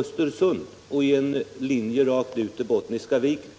Östersund. Här kan vi dra en rak linje ut till Bottniska Viken.